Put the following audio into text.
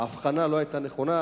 ההבחנה לא היתה נכונה,